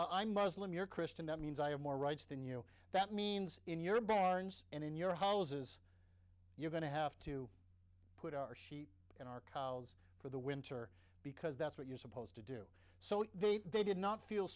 i'm muslim you're christian that means i have more rights than you that means in your barns and in your hollis's you're going to have to put our sheep in our colleagues for the winter because that's what you're supposed to do so they they did not feel